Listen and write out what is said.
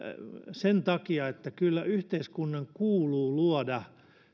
sen takia että kyllä yhteiskunnan kuuluu luoda